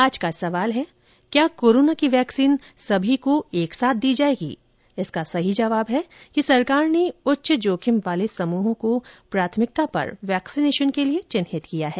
आज का सवाल है क्या कोरोना की वैक्सीन सभी को एक साथ दी जाएगी इसका सही जवाब है कि सरकार ने उच्च जोखिम वाले समूहों को प्राथकिता पर वैक्सीनेशन के लिए चिन्हित किया है